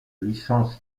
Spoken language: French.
licences